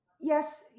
Yes